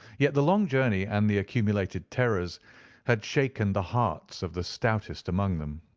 yet the long journey and the accumulated terrors had shaken the hearts of the stoutest among them.